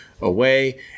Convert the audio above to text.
away